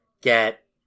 get